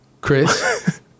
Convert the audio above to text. Chris